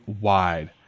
wide